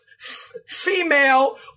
female